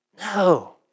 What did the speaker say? No